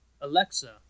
Alexa